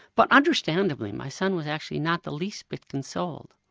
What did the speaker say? but understandably my son was actually not the least bit consoled.